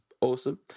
awesome